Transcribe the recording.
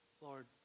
Lord